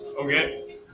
Okay